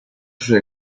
sus